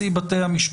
כן צריך את שני התנאים.